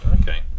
Okay